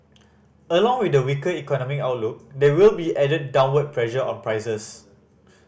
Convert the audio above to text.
along with the weaker economic outlook there will be added downward pressure on prices